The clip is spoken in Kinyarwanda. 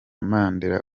mandela